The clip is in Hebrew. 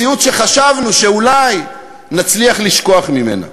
מציאות שחשבנו שאולי נצליח לשכוח ממנה,